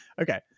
Okay